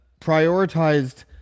prioritized